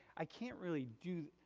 i can't really do,